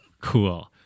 Cool